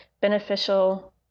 beneficial